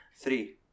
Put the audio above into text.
three